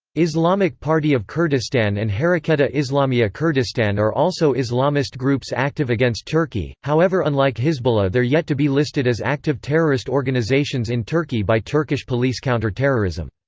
islamic party of kurdistan and hereketa islamiya kurdistan are also islamist groups active against against turkey, however unlike hizbullah they're yet to be listed as active terrorist organizations in turkey by turkish police counter-terrorism.